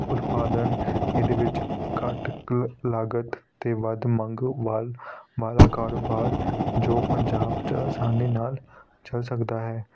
ਉਤਪਾਦਨ ਇਹਦੇ ਵਿੱਚ ਘੱਟ ਲ ਲਾਗਤ ਅਤੇ ਵੱਧ ਮੰਗ ਬਾਲ ਵਾਲਾ ਕਾਰੋਬਾਰ ਜੋ ਪੰਜਾਬ 'ਚ ਆਸਾਨੀ ਨਾਲ ਚੱਲ ਸਕਦਾ ਹੈ